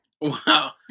Wow